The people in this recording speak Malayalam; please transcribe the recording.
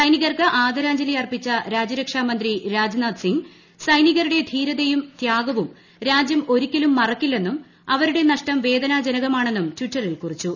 സൈനികർക്ക് ആദരാഞ്ജലി അർപ്പിച്ച രാജ്യരക്ഷാമന്ത്രി രാജ്നാഥ് സിംഗ് സൈനികരുടെ ധീരതയും തൃാഗവും രാജ്യം ഒരിക്കലും മറക്കില്ലെന്നും അവരുടെ നഷ്ടം വേദനാജനകമാ ണെന്നും ട്ടിറ്ററിൽ കുറിച്ചു